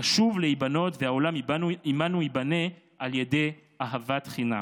"נשוב להיבנות והעולם עימנו ייבנה על ידי אהבת חינם".